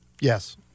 Yes